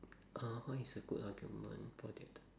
uh what is a good argument for that